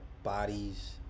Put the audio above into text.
bodies